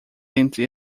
entre